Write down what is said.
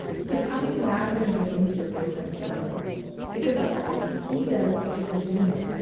but tommy's not gonna break into your boyfriend's phone because all the hacking he does is legitimate.